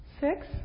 Six